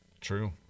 true